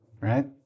right